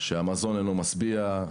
שהמזון אינו משביע.